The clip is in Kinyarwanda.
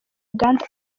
uganda